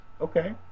Okay